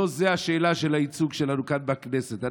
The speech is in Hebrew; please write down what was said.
לא זו השאלה של הייצוג שלנו כאן בכנסת.